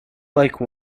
like